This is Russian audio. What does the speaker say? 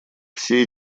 все